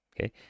okay